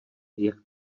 jak